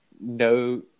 no